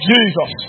Jesus